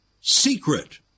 secret